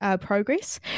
progress